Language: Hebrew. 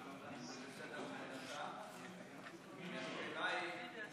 שקודם כול הצלחנו להקים אצלנו במשרד, בהחלטת ממשלה